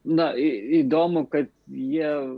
na į įdomu kad jie